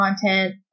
content